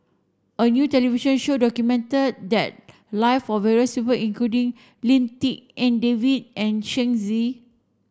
a new television show documented the live of various people including Lim Tik En David and Shen Xi